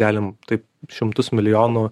galim taip šimtus milijonų